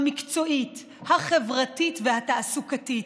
המקצועית, החברתית והתעסוקתית,